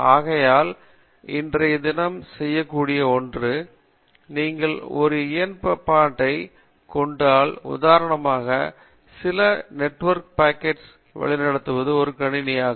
ஆகையால் இன்றைய தினம் செய்யக்கூடிய ஒன்று நீங்கள் ஒரு இணைய பயன்பாட்டை எடுத்துக் கொண்டால் உதாரணத்திற்கு சில பாக்கெட்டுகளை வழி நடத்துவது ஒரு கணினி ஆகும்